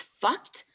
fucked